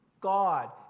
God